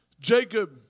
Jacob